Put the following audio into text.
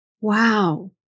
wow